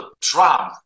Trump